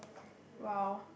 !wow!